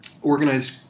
organized